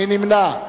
מי נמנע?